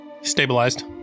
stabilized